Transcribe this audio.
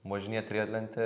važinėt reidlente